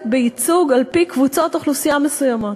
בייצוג על-פי קבוצות אוכלוסייה מסוימות.